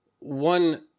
one